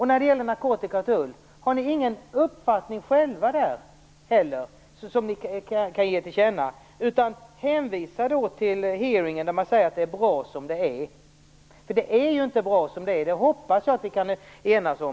När det gäller narkotika och tull: Har socialdemokraterna ingen uppfattning själva där heller som de kan ge till känna? De hänvisar till en hearing där man säger att det är bra som det är. Men det är ju inte bra som det är, och det hoppas jag att vi kan enas om,